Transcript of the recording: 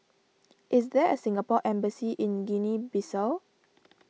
is there a Singapore Embassy in Guinea Bissau